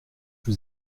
vous